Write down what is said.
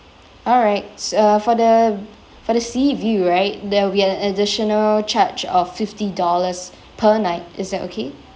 alright s~ uh for the for the seaview right there will be an additional charge of fifty dollars per night is that okay